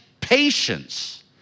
patience